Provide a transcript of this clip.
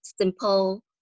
simple